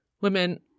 women